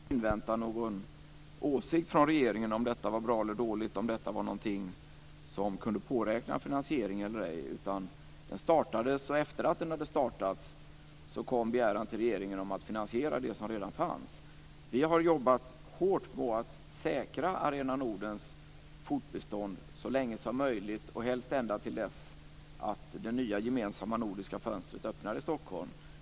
Fru talman! Det är fel att vi har lovat finansiering till Arena Norden. Verkligheten är i själva verket att Arena Norden startades utan att invänta någon åsikt från regeringen om detta var bra eller dåligt och om detta vara någonting som kunde påräkna finansiering eller ej. Den startades, och efter att den hade startats kom begäran till regeringen om att finansiera det som redan fanns. Vi har jobbat hårt på att säkra Arena Nordens fortbestånd så länge som möjligt, och helst ända till dess att det nya gemensamma nordiska fönstret öppnar i Stockholm.